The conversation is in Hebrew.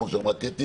כמו שאמרה קטי,